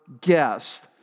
guest